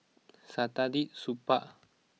Saktiandi Supaat